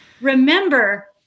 remember